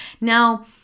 Now